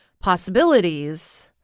possibilities